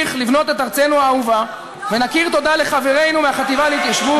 נמשיך לבנות את ארצנו האהובה ונכיר תודה לחברינו מהחטיבה להתיישבות.